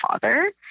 father